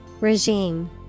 Regime